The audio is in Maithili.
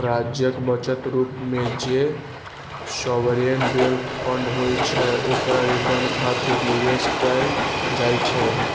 राज्यक बचत रूप मे जे सॉवरेन वेल्थ फंड होइ छै, ओकरा रिटर्न खातिर निवेश कैल जाइ छै